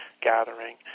gathering